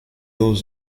aux